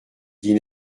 dit